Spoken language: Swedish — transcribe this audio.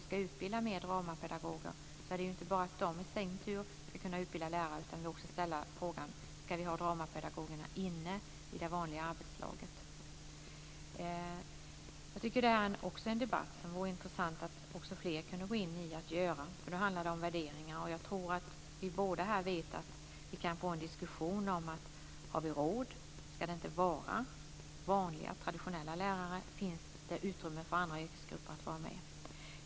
Om fler dramapedagoger ska utbildas, är det inte bara fråga om att de i sin tur ska utbilda lärare, utan vi får ställa frågan om dramapedagogerna ska vara inne i det vanliga arbetslaget. Det vore intressant om fler ville gå in i debatten. Det handlar om värderingar. Vi båda vet att vi kan få en diskussion om det finns råd, om det inte ska vara vanliga traditionella lärare, om det finns utrymme för andra yrkesgrupper att vara med.